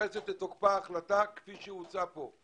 נכנסת לתוקפה החלטה כפי שהוצעה פה.